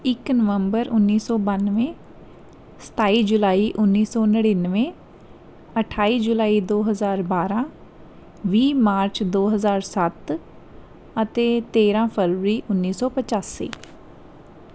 ਇੱਕ ਨਵੰਬਰ ਉੱਨੀ ਸੌ ਬਾਨਵੇਂ ਸਤਾਈ ਜੁਲਾਈ ਉੱਨੀ ਸੌ ਨੜ੍ਹਿਨਵੇਂ ਅਠਾਈ ਜੁਲਾਈ ਦੋ ਹਜ਼ਾਰ ਬਾਰ੍ਹਾਂ ਵੀਹ ਮਾਰਚ ਦੋ ਹਜ਼ਾਰ ਸੱਤ ਅਤੇ ਤੇਰ੍ਹਾਂ ਫਰਵਰੀ ਉੱਨੀ ਸੌ ਪਚਾਸੀ